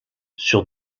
sur